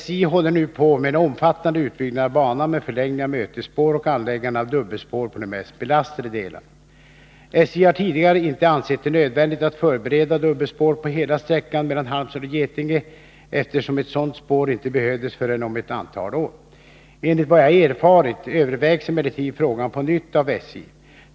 SJ håller nu på med en omfattande utbyggnad av banan med förlängning av mötesspår och anläggande av dubbelspår på de mest belastade delarna. SJ har tidigare inte ansett det nödvändigt att förbereda dubbelspår på hela behövdes förrän om ett antal år. Enligt vad jag erfarit övervägs emellertid Tisdagen den frågan nu på nytt av SJ.